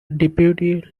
deputy